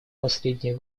последние